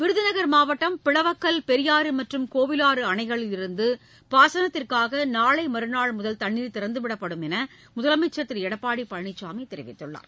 விருதுநக் மாவட்டம் பிளவக்கல் பெரியாறு மற்றும் கோவிலாறு அணைகளிலிருந்து பாசனத்திற்காக நாளை மறுநாள் முதல் தண்ணீர் திறந்துவிடப்படும் என்று முதலமைச்ச் திரு எடப்பாடி பழனிசாமி தெரிவித்துள்ளார்